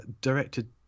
directed